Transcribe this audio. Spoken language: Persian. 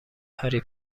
هری